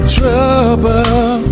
Trouble